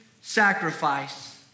sacrifice